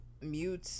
mute